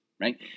right